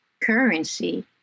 currency